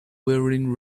wearing